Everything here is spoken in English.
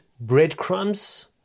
breadcrumbs